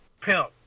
Pimp